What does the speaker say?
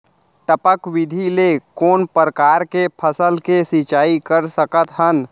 टपक विधि ले कोन परकार के फसल के सिंचाई कर सकत हन?